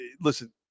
Listen